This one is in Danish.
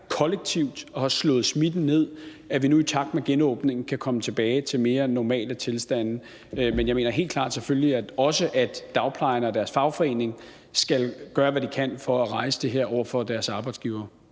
kollektivt og har slået smitten ned, nu i takt med genåbningen kan komme tilbage til mere normale tilstande. Men jeg mener selvfølgelig helt klart, at også dagplejerne og deres fagforening skal gøre, hvad de kan for at rejse det her over for deres arbejdsgivere.